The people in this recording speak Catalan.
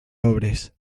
obres